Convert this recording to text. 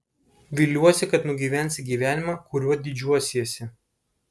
viliuosi kad nugyvensi gyvenimą kuriuo didžiuosiesi